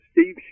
Steve